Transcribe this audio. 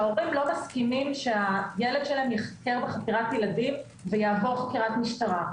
שההורים לא מסכימים שהילד שלהם ייחקר בחקירת ילדים ויעבור חקירת משטרה.